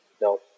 no